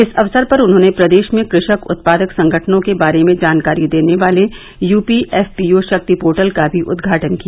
इस अवसर पर उन्होंने प्रदेश में कृषक उत्पादक संगठनों के बारे में जानकारी देने वाले यूपी एफपीओ शक्ति पोर्टल का भी उद्घाटन किया